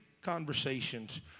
conversations